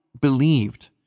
believed